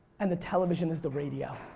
and the television is the radio.